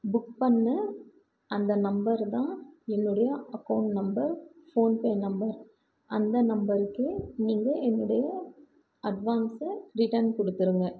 book பண்ண அந்த number தான் என்னுடைய account number account number PhonePe number அந்த நம்பருக்கே நீங்கள் என்னுடைய அட்வான்ஸில் ரிட்டன் கொடுத்துடுங்க